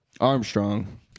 Armstrong